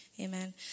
Amen